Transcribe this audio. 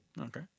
Okay